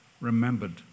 remembered